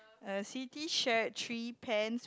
uh Siti shared three pens